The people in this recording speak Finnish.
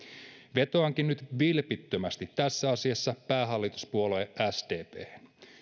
vetoankin nyt vilpittömästi tässä asiassa päähallituspuolue sdphen